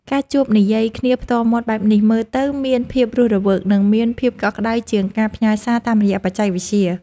ការជួបនិយាយគ្នាផ្ទាល់មាត់បែបនេះ មើលទៅមានភាពរស់រវើក និងមានភាពកក់ក្តៅជាងការផ្ញើសារតាមរយៈបច្ចេកវិទ្យា។